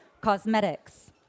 cosmetics